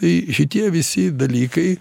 tai šitie visi dalykai